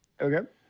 Okay